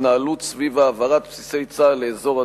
ההתנהלות סביב העברת בסיסי צה"ל לאזור הדרום,